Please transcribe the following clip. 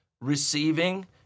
receiving